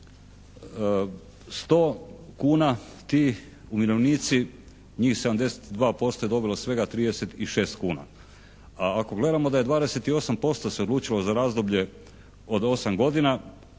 100 kuna ti umirovljenici, njih 72% je dobilo svega 36 kuna. A ako gledamo da je 28% se odlučilo za razdoblje od 8 godina